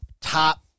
top